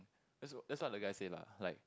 that's what that's what the guy say lah like